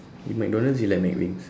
in mcdonald's you like mcwings